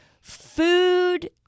food